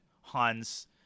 Hans